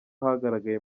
hagaragaye